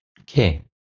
Okay